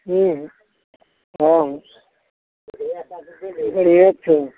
हूँ हूँ हँ बढ़िआँ छै